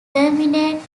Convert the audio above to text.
terminates